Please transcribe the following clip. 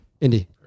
Indy